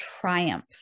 triumph